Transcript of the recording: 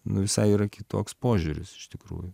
nu visai yra kitoks požiūris iš tikrųjų